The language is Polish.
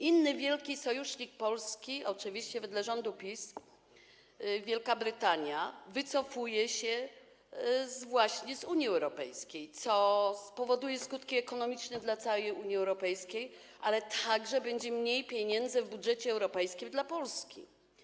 Inny wielki sojusznik Polski, oczywiście wedle rządu PiS, Wielka Brytania, wycofuje się właśnie z Unii Europejskiej, co spowoduje skutki ekonomiczne dla całej Unii Europejskiej, ale także będzie mniej pieniędzy w budżecie europejskim dla Polski.